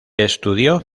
estudió